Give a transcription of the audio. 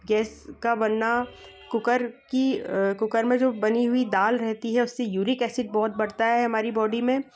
gas का बनना cooker की कुकर में जो बनी हुई दाल रहती है उससे यूरिक ऐसिड बहुत बढ़ता है हमारी बॉडी में